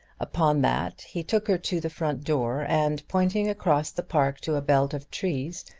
upon that he took her to the front door and pointing across the park to a belt of trees,